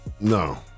No